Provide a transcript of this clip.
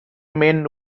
men